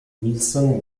wilson